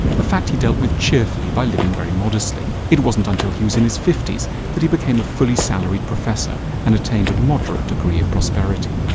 a fact he dealt with cheerfully by living very modestly. it wasn't until he was in his fifties that he became a fully salaried professor and attained a moderate degree of prosperity.